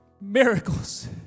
miracles